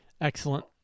Excellent